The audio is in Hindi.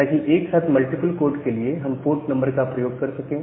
ताकि एक साथ मल्टीपल कोड के लिए हम पोर्ट नंबर का प्रयोग कर सकें